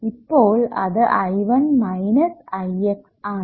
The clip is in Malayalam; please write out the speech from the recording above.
ഇപ്പോൾ അത് I1 മൈനസ് Ix ആണ്